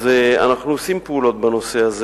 אז אנחנו עושים פעולות בנושא הזה.